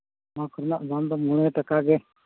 ᱚᱱᱟ ᱠᱚᱨᱮᱱᱟᱜ ᱫᱟᱢ ᱫᱚ ᱢᱚᱬᱮ ᱴᱟᱠᱟ ᱜᱮ